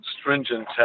stringent